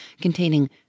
containing